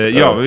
ja